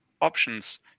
options